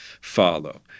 follow